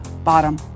Bottom